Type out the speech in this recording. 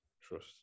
Trust